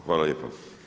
Hvala lijepa.